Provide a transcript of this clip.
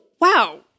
wow